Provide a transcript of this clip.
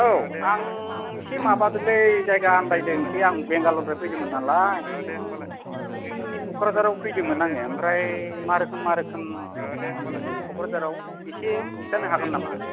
औ आं एसे माबादोंलै जायगा आनदायदों एसे आं बेंगालरनिफ्राय फैदोंमोन नालाय नोंसिनि क'क्राझाराव फैदोंमोन आङो ओमफ्राय मारोखोम मारोखोम नोंसिनि क'क्राझाराव एसे खिथानो हागोन नामा